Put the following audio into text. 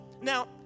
Now